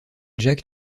jack